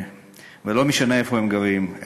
ולא משנה איפה הם גרים.